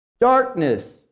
Darkness